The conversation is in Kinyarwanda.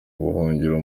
ubuhungiro